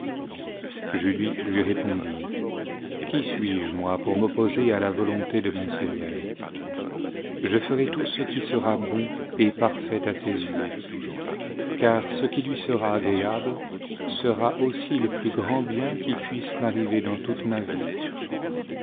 je lui lui répondit qui suis-je moi pour m'opposer à la volonté de mon seigneur je ferai tout ce qui sera bon et parfait à ses yeux car ce qui lui sera agréable sera aussi le plus grand bien qui puisse m'arriver dans tonte ma vie